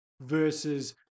versus